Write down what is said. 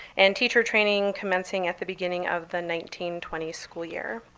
and teacher training commencing at the beginning of the nineteen, twenty school year.